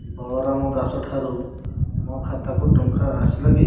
ବଳରାମ ଦାସ ଠାରୁ ମୋ ଖାତାକୁ ଟଙ୍କା ଆସିଲା କି